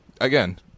again